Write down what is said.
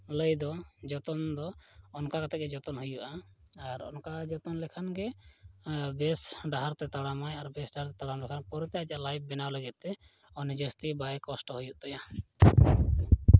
ᱞᱟᱹᱭ ᱫᱚ ᱡᱚᱛᱚᱱ ᱫᱚ ᱚᱱᱠᱟ ᱠᱟᱛᱮᱫ ᱜᱮ ᱡᱚᱛᱚᱱ ᱦᱩᱭᱩᱜᱼᱟ ᱟᱨ ᱚᱱᱠᱟ ᱡᱚᱛᱚᱱ ᱞᱮᱠᱷᱟᱱ ᱜᱮ ᱵᱮᱥ ᱰᱟᱦᱟᱨᱛᱮ ᱛᱟᱲᱟᱢᱟᱭ ᱟᱨ ᱵᱮᱥ ᱰᱟᱦᱟᱛᱮ ᱛᱟᱲᱟᱢ ᱞᱮᱠᱷᱟᱱ ᱯᱚᱨᱮᱛᱮ ᱟᱡᱟᱜ ᱞᱟᱭᱤᱯᱷ ᱵᱮᱱᱟᱣ ᱞᱟᱹᱜᱤᱫᱛᱮ ᱩᱱᱟᱹᱜ ᱡᱟᱹᱥᱛᱤ ᱵᱟᱭ ᱠᱚᱥᱴᱚᱜ ᱦᱩᱭᱩᱜ ᱛᱟᱭᱟ